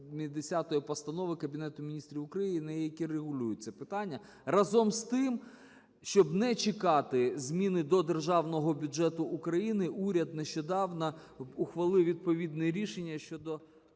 280 Постанови Кабінету Міністрів України, які регулюють це питання. Разом з тим, щоб не чекати зміни до Державного бюджету України, уряд нещодавно ухвалив відповідне рішення щодо...